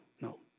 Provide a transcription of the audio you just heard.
no